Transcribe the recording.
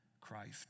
Christ